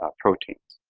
ah proteins.